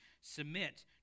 submit